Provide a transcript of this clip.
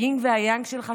היין והיאנג שלך,